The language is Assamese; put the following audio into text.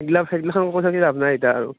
সেইগিলাক সেইগিলাখান কৈ থাকি লাভ নাই এতিয়া আৰু